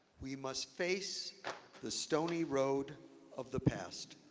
we must face the stony road of the past.